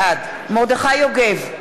בעד מרדכי יוגב,